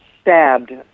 stabbed